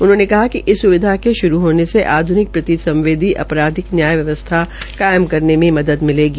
उन्होंने कहा कि इस स्विधा के शुरू होने से आध्निक प्रतिसवेदी अपराधिक न्याय व्यवस्था कायम करने में मदद मिलेगी